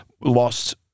Lost